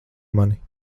mani